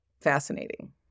Fascinating